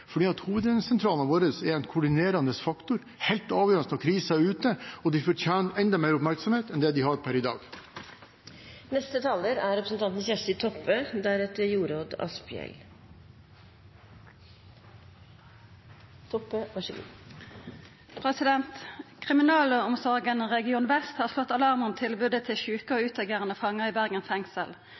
er en koordinerende faktor, som er helt avgjørende når kriser oppstår, og de fortjener enda mer oppmerksomhet enn de får i dag. Kriminalomsorga region vest har slått alarm om tilbodet til sjuke og utagerande fangar i Bergen fengsel. Fleire innsette har alvorleg psykisk sjukdom, og